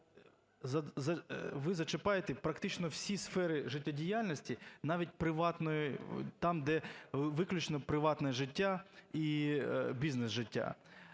ви зачіпаєте практично всі сфери життєдіяльності, навіть приватної, там, де виключно приватне життя і бізнес-життя.